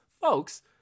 folks